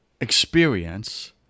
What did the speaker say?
experience